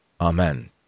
Amen